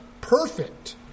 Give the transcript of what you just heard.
perfect